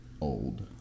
Old